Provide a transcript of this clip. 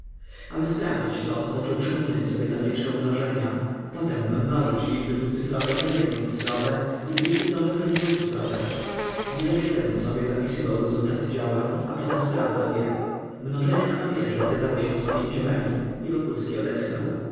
ażeby sprawdzić to zaczął przypominać sobie tabliczkę mnożenia potem mnożyć liczby dwucyfrowe przez jednocyfrowe i dwucyfrowe przez dwucyfrowe niedowierzając sobie zapisywał rezultaty działań a potem sprawdzał je mnożenia na papierze zgadzały się z pamięciowemi i wokulski odetchnął